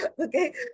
okay